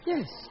Yes